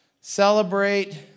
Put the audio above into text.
celebrate